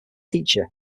teacher